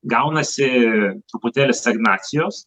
gaunasi truputėlį stagnacijos